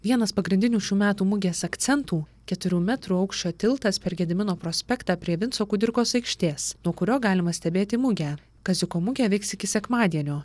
vienas pagrindinių šių metų mugės akcentų keturių metrų aukščio tiltas per gedimino prospektą prie vinco kudirkos aikštės nuo kurio galima stebėti mugę kaziuko mugė veiks iki sekmadienio